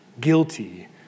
guilty